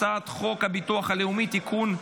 הצעת חוק הביטוח הלאומי (תיקון,